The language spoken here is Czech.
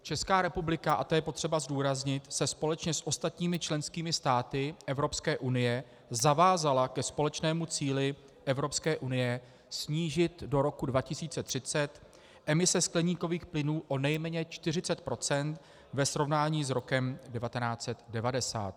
Česká republika, a to je potřeba zdůraznit, se společně s ostatními členskými státy Evropské unie zavázala ke společnému cíli Evropské unie snížit do roku 2030 emise skleníkových plynů o nejméně 40 % ve srovnání s rokem 1990.